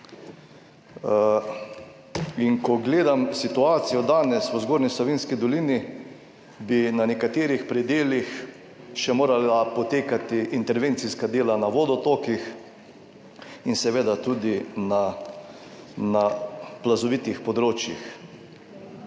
in ko gledam situacijo danes v zgornji Savinjski dolini bi na nekaterih predelih še morala potekati intervencijska dela, na vodotokih in seveda tudi na plazovitih področjih.